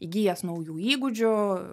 įgijęs naujų įgūdžių